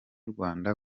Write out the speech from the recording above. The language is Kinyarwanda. rwanda